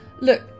Look